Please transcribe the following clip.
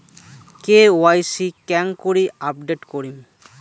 KYC কেঙ্গকরি update করিম?